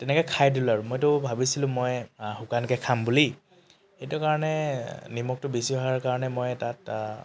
তেনেকৈ খাই দিলো আৰু মইতো ভাবিছিলোঁ মই অ শুকানকৈ খাম বুলি সেইটো কাৰণে নিমখটো বেছি হোৱাৰ কাৰণে মই তাত অ